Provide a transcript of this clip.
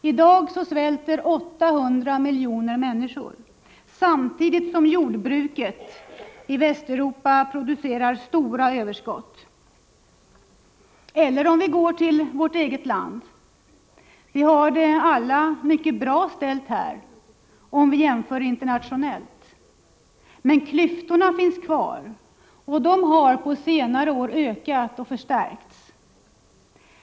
I dag svälter 800 miljoner människor, samtidigt som jordbruket i Västeuropa producerar stora överskott. Om vi går till vårt eget land, kan vi konstatera att vi alla har det mycket bra ställt om man jämför internationellt. Men klyftorna finns kvar, och de har under senare år ökat och förstärkts.